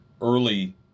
early